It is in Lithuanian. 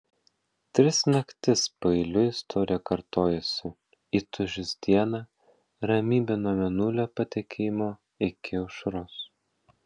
tris naktis paeiliui istorija kartojosi įtūžis dieną ramybė nuo mėnulio patekėjimo iki aušros